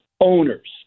owners